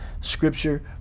Scripture